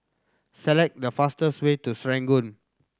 select the fastest way to Serangoon